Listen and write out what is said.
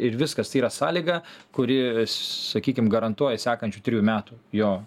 ir viskas tai yra sąlyga kuri sakykim garantuoja sekančių trijų metų jo